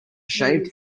shaved